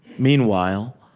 meanwhile,